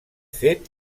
fet